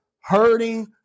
hurting